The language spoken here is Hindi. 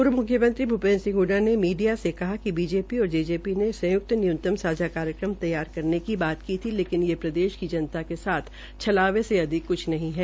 पूर्व मुख्यमंत्री भूपेन्द्र सिंह हडडा ने मीडिया से कहा कि पीजेपी और जेजेपी ने संयुक्त न्यूनतम सांझा कार्यक्रम तैयार करने की श्रात की थी लेकिन ये प्रदेश की जनता के साथ छलावे से अधिक कुछ नहीं है